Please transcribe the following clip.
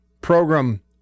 program